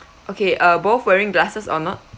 okay uh both wearing glasses or not